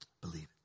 Believe